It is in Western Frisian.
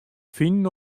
finen